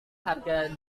harga